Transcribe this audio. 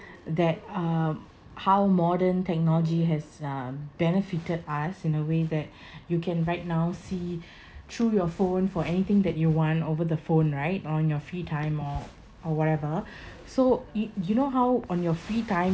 that um how modern technology has uh benefited us in a way that you can right now see through your phone for anything that you want over the phone right on your free time or or whatever so you you know how on your free time